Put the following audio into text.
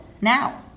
Now